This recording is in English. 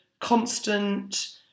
constant